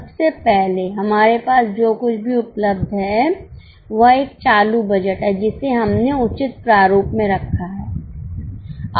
सबसे पहले हमारे पास जो कुछ भी उपलब्ध है वह एक चालू बजट है जिसे हमने उचित प्रारूप में रखा है